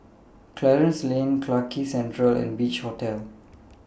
Clarence Lane Clarke Quay Central and Beach Hotel